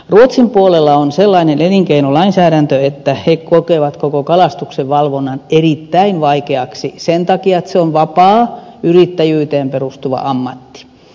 ruotsin puolella on sellainen elinkeinolainsäädäntö että he kokevat koko kalastuksen valvonnan erittäin vaikeaksi sen takia että kalastus on vapaa yrittäjyyteen perustuva ammatti